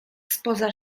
spoza